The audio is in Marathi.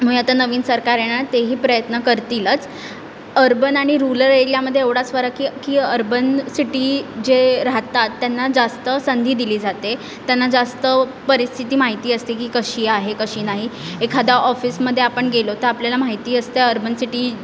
मुळे आता नवीन सरकार येणार तेही प्रयत्न करतीलच अर्बन आणि रुलर एरियामध्ये एवढाच फरक की की अर्बन सिटी जे राहतात त्यांना जास्त संधी दिली जाते त्यांना जास्त परिस्थिती माहिती असते की कशी आहे कशी नाही एखादा ऑफिसमध्ये आपण गेलो तर आपल्याला माहिती असते अर्बन सिटीत